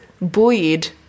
buoyed